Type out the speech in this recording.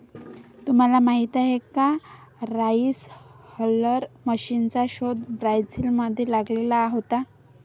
तुम्हाला माहीत आहे का राइस हलर मशीनचा शोध ब्राझील मध्ये लागला होता